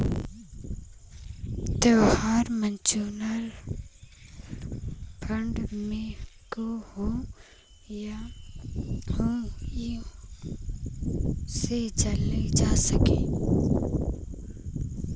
तोहरे mutual fund में का होत हौ यहु इहां से जानल जा सकला